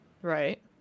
Right